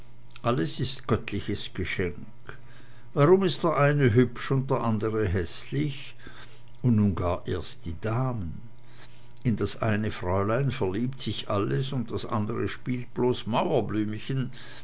alles ist göttliches geschenk warum ist der eine hübsch und der andere häßlich und nun gar erst die damen in das eine fräulein verliebt sich alles und das andre spielt bloß mauerblümchen